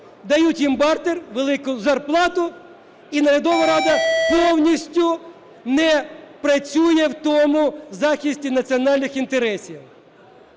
дають їм бартер, велику зарплату, і наглядова рада повністю не працює в тому захисті національних інтересів.